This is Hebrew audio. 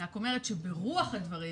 אני רק אומרת שברוח הדברים